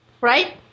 Right